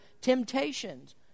temptations